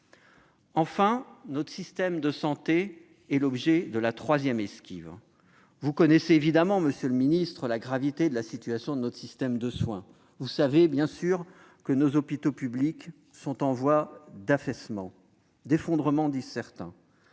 Enfin, notre système de santé est l'objet de la troisième esquive. Vous connaissez évidemment, monsieur le ministre des solidarités et de la santé, la gravité de la situation de notre système de soins. Vous savez, bien sûr, que nos hôpitaux publics sont en voie d'affaissement- d'effondrement, même, selon certains.